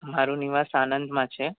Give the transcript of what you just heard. મારું નિવાસ આણંદમાં છે